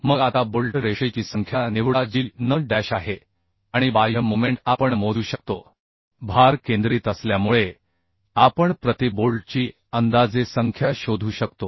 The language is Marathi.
मग आता बोल्ट रेषेची संख्या निवडा जी n डॅश आहे आणि बाह्य मोमेंट आपण मोजू शकतो भार केंद्रीत असल्यामुळे आपण प्रति बोल्टची अंदाजे संख्या शोधू शकतो